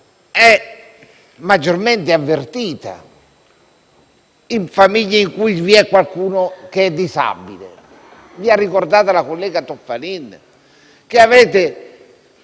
è maggiormente avvertita dalle famiglie in cui vi sia un disabile. Vi ha ricordato la collega Toffanin che avete